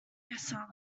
yourself